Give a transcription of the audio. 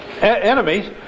enemies